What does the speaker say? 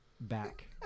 back